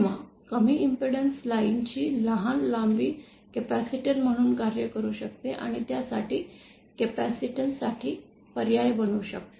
किंवा कमी impedance line ची लहान लांबी कॅपेसिटर म्हणून कार्य करू शकते आणि त्यास कॅपेसिटन्स साठी पर्याय बनू शकते